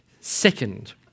Second